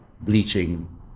bleaching